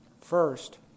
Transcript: First